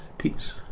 peace